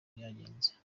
byagenze